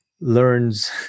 learns